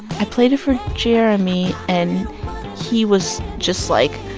i played it for jeremy. and he was just like,